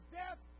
death